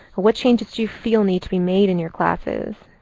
what changes you feel need to be made in your classes?